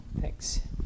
thanks